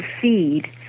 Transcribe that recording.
feed